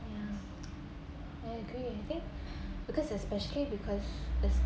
I agree I think because especially because there's